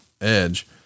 edge